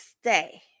stay